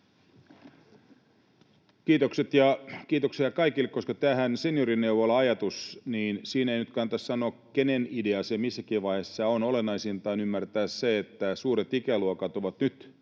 Kiitokset! Ja kiitoksia kaikille, koska tästä seniorineuvola-ajatuksestahan ei nyt kannata sanoa, kenen idea se missäkin vaiheessa on. Olennaisinta on ymmärtää se, että suuret ikäluokat ovat nyt